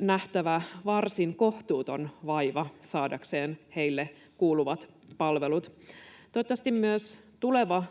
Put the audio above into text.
nähtävä varsin kohtuuton vaiva saadakseen heille kuuluvat palvelut. Toivottavasti myös tuleva,